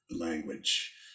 language